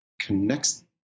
connects